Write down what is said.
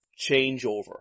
changeover